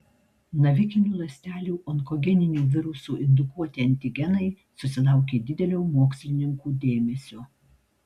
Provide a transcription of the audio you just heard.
navikinių ląstelių onkogeninių virusų indukuoti antigenai susilaukė didelio mokslininkų dėmesio